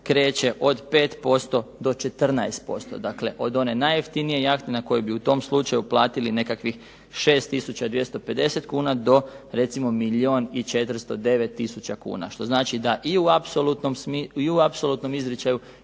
kreće od 5% do 14%. Dakle, od one najjeftinije jahte na koju bi u tom slučaju platili nekakvih 6 tisuća i 250 kuna do recimo milijun i 409 tisuća kuna. Što znači da i u apsolutnom izričaju